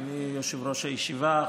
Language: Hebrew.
אדוני יושב-ראש הישיבה,